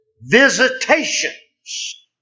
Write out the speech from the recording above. visitations